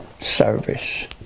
service